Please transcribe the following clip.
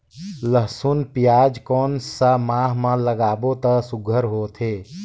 लसुन पियाज कोन सा माह म लागाबो त सुघ्घर होथे?